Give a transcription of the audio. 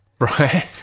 Right